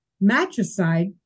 matricide